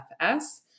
FS